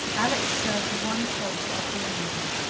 alex served one fault after another,